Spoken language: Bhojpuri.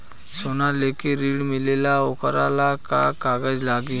सोना लेके ऋण मिलेला वोकरा ला का कागज लागी?